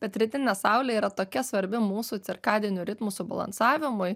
bet rytinė saulė yra tokia svarbi mūsų cirkadinių ritmų subalansavimui